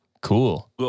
Cool